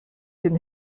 den